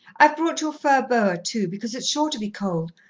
i've brought your fur boa too, because it's sure to be cold.